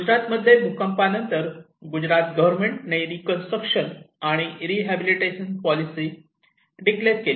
गुजरातमध्ये भूकंपा नंतर गुजरात गव्हर्मेंट ने रीकन्स्ट्रक्शन आणि रीहबिलीटेशन पॉलिसी डिक्लेअर केली